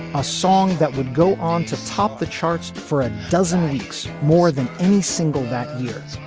a song that would go on to top the charts for a dozen weeks more than any single that years.